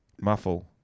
Muffle